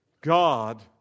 God